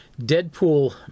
Deadpool